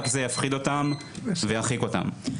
רק זה יפחיד אותם וירחיק אותם.